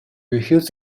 hughes